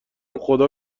خدا